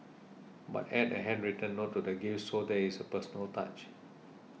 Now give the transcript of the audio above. but add a handwritten note to the gift so there is a personal touch